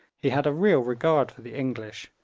he had a real regard for the english,